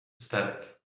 aesthetic